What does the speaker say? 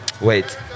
Wait